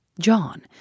John